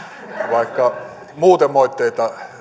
vaikka muuten moitteita